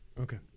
Okay